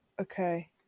Okay